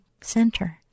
center